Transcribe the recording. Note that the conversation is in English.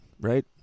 right